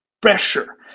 pressure